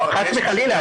חס וחלילה,